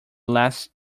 last